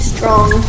Strong